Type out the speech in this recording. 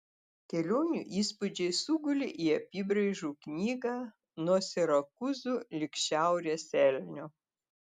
kelionių įspūdžiai sugulė į apybraižų knygą nuo sirakūzų lig šiaurės elnio